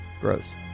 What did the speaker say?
Gross